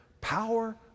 power